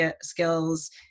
skills